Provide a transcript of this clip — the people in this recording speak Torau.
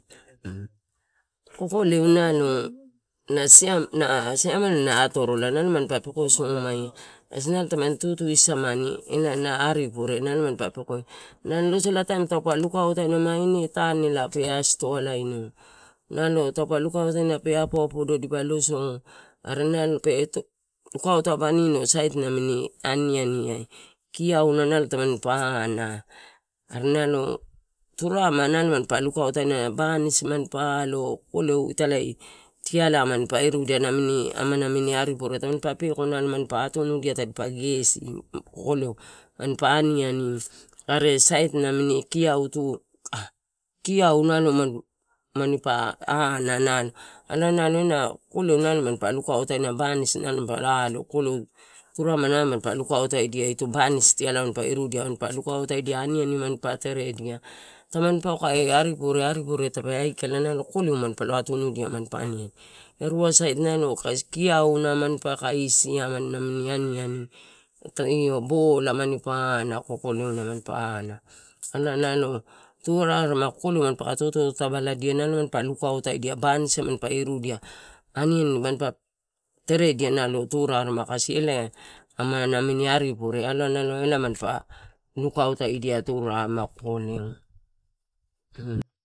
Kokoleu nalo na siamela na atorola, nalo mampa peko somaia, kasi nalo tamani tutu samani ela na, aripure nalo mampa pekoia, nalo losolataim taupe lukautaina ine tanela pe astoalaino, nalo taupe lukautaina dipa apo apodo are pe to lukauto abanino, sait namini ai, kiola, nalo tani pa ana, are nal turarema nalo pa lukautaina, banisi mampa alo, kokole ita ela mampa irudia namini aman ari pure, nalo mampa peko mampa atunudia tadi pa gesi. Kokoleu mampa ani ani, are sait namii kio, nalo manipa ana ala nalo kokoleu mampa lukautaina, banisi nalo mampa alo, kokoleu ito banisi tia lai, mampa lukautaina, aniani mampa teredia, tamaniua kae ari pure, tape aikala, nalo kokoleu, mampa lo atunidia, mampa ani ani erua sait kio na mampa kaisia nami aniani ito io, bola, kokoleula mampa ana turarema kokoleu mampaka totoru tavaladia nalo mampa lukautadia, banisia mampa iru dia aniani mampa teredia, nalo turarema, nalo kasi amana amini aripure alae elai mampa lukautotadia turarema kokoleu.